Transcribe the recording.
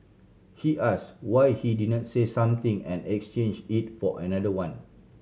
he ask why he didn't say something and exchange it for another one